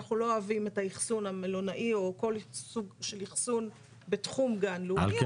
אנחנו לא אוהבים את האכסון המלונאי בתחום גן לאומי.